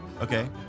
Okay